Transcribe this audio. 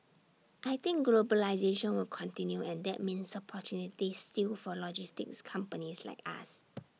I think globalisation will continue and that means opportunities still for logistics companies like us